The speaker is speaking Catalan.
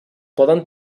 poden